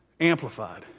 Amplified